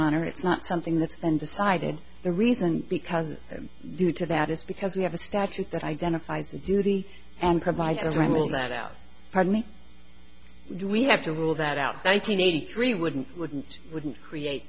honor it's not something that's been decided the reason because due to that is because we have a statute that identifies a duty and provides as well that out partly we have to rule that out nineteen eighty three wouldn't wouldn't wouldn't create